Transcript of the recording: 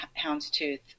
houndstooth